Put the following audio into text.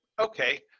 okay